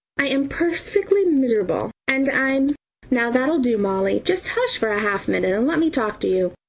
i am perfectly miserable and i'm now that'll do, molly, just hush for a half-minute, and let me talk to you,